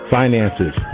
finances